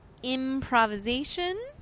Improvisation